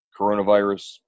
coronavirus